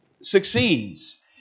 succeeds